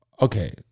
Okay